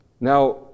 Now